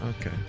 Okay